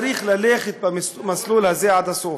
צריך ללכת במסלול הזה עד הסוף,